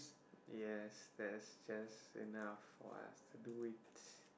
yes there's just enough for us to do it